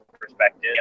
perspective